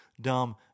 dumb